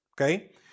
okay